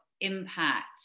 impact